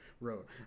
wrote